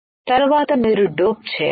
తరువాత మీరు డోప్ చేయాలి